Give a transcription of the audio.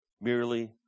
merely